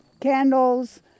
candles